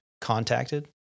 contacted